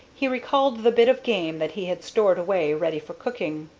he recalled the bit of game that he had stored away ready for cooking.